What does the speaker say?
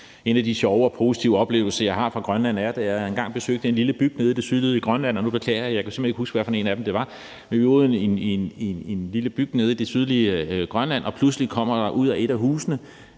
En af de sjove og positive oplevelser, jeg har fra Grønland, er, da jeg engang besøgte en lille bygd nede i det sydlige Grønland – nu beklager jeg, for jeg kan simpelt hen ikke huske, hvad for en af dem, det var. Vi var ude i en lille bygd nede i det sydlige Grønland, og pludselig ud af huset